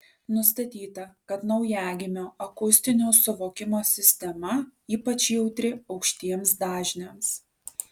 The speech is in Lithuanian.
nustatyta kad naujagimio akustinio suvokimo sistema ypač jautri aukštiems dažniams